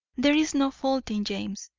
there is no fault in james.